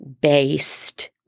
based